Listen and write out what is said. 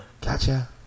Gotcha